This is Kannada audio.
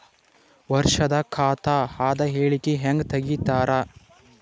ವರ್ಷದ ಖಾತ ಅದ ಹೇಳಿಕಿ ಹೆಂಗ ತೆಗಿತಾರ?